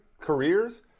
careers